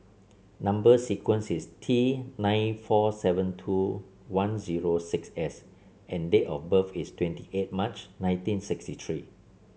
number sequence is T nine four seven two one zero six S and date of birth is twenty eight March nineteen sixty three